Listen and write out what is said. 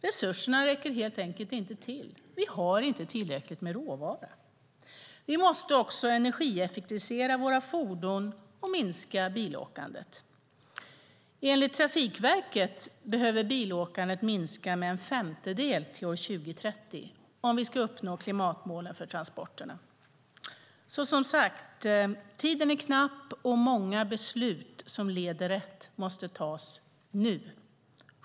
Resurserna räcker helt enkelt inte till. Vi har inte tillräckligt med råvara. Vi måste också energieffektivisera våra fordon och minska bilåkandet. Enligt Trafikverket behöver bilåkandet minska med en femtedel till år 2030 om vi ska uppnå klimatmålen för transporterna. Som sagt: Tiden är knapp, och många beslut som leder rätt måste tas nu.